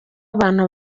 abantu